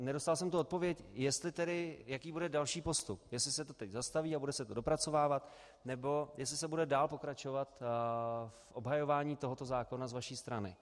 Nedostal jsem odpověď, jaký bude další postup, jestli se to teď zastaví a bude se to dopracovávat, nebo jestli se bude dál pokračovat v obhajování tohoto zákona z vaší strany.